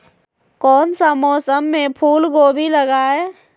कौन सा मौसम में फूलगोभी लगाए?